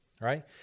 right